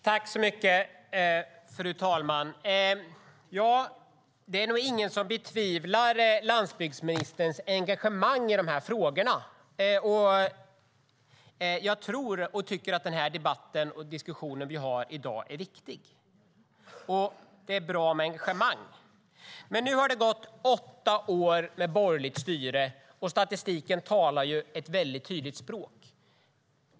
Fru talman! Det är nog ingen som betvivlar landsbygdsministerns engagemang i de här frågorna. Den debatt vi har i dag är viktig. Det är bra med engagemang. Men nu har det gått åtta år med borgerligt styre, och statistiken talar ett tydligt språk.